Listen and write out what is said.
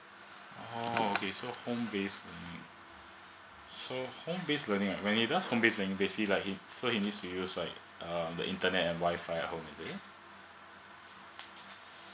oh okay so home based learning so home based learning and when it does home based he basically like so he need to use like the internet and wifi at home is it